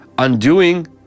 undoing